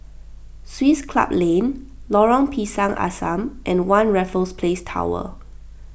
Swiss Club Lane Lorong Pisang Asam and one Raffles Place Tower